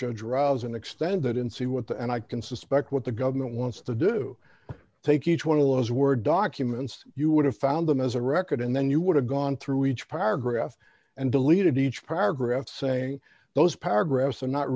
and extend that and see what the and i can suspect what the government wants to do take each one of those word documents you would have found them as a record and then you would have gone through each paragraph and deleted each paragraph saying those paragraphs are not